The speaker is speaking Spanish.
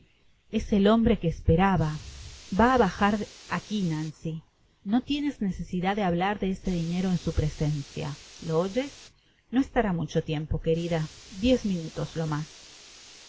es el hombre que esperaba ya á bajar aqui nancy ne tienes necesidad de hablar de ese dinero en su presencia lo oyes no eslará mucho tiempo querida diez minutos lo mas